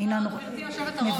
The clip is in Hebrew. גברתי היושבת-ראש.